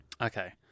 Okay